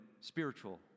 spiritual